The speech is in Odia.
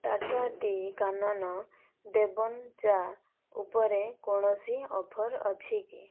ଟାଟା ଟି କାନନ ଦେବନ୍ ଚା' ଉପରେ କୌଣସି ଅଫର୍ ଅଛି କି